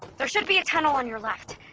there should be a tunnel on your left.